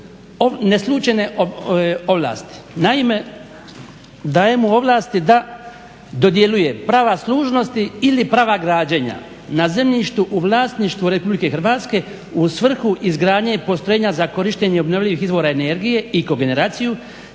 neslućene ovlasti. Naime, daje mu ovlasti da dodjeljuje prava služnosti ili prava građenja na zemljištu u vlasništvu Republike Hrvatske u svrhu izgradnje postrojenja za korištenje obnovljivih izvora energije i kogeneraciju